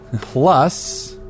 plus